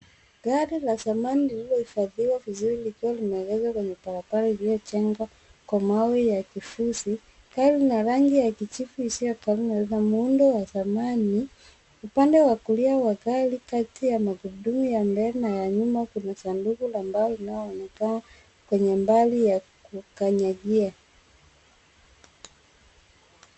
Gari la zamani lililohifadhiwa vizuri likiwa limeegeshwa kwenye barabara iliyojengwa kwa mawe ya kifusi. Gari lina rangi ya kijivu isiyokolea na lina muundo wa zamani. Upande wa kulia wa gari kati ya magurudumu ya mbele na ya nyuma kuna sanduku la mbao linaoonekana kwenye mbali ya kukanyagia.